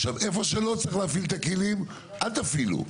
איפה שלא צריך להפעיל את הכלים אל תפעילו,